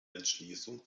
entschließung